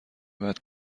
بعد